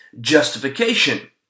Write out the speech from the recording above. Justification